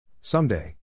Someday